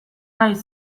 naiz